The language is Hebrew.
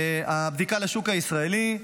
הבדיקה לשוק הישראלי,